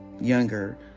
younger